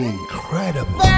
incredible